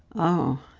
oh,